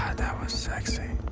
that was sexy.